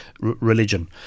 religion